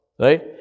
Right